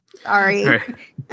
Sorry